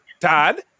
Todd